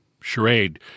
charade